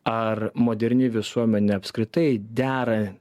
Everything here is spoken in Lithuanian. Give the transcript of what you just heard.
ar moderni visuomenė apskritai dera